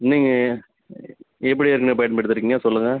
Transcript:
இல்லைங்க எப்படி ஏற்கனவே பயன்படுத்துறீங்க சொல்லுங்க